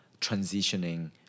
transitioning